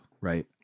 right